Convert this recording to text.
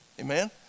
amen